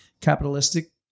capitalistic